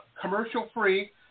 commercial-free